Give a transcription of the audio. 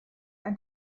ein